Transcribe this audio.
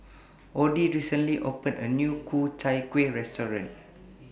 Odie recently opened A New Ku Chai Kuih Restaurant